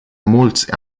mulți